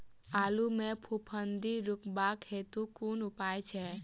आलु मे फफूंदी रुकबाक हेतु कुन उपाय छै?